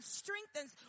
strengthens